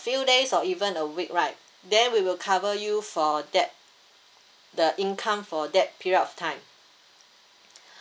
few days or even a week right then we will cover you for that the income for that period of time